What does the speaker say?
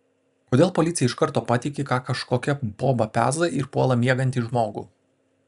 kodėl policija iš karto patiki ką kažkokia boba peza ir puola miegantį žmogų